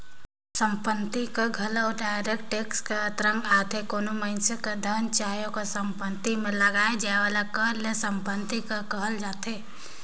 संपत्ति कर घलो डायरेक्ट टेक्स कर अंतरगत आथे कोनो मइनसे कर धन चाहे ओकर सम्पति में लगाए जाए वाला कर ल सम्पति कर कहल जाथे